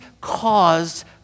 caused